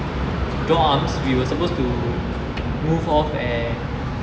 draw arms we were supposed to move off at